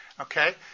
Okay